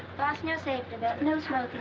fasten your safety belts. no smoking